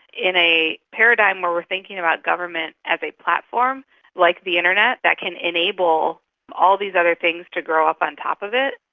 in a paradigm where we are thinking about government as a platform like the internet, that can enable all these other things to grow up on top of it,